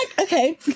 Okay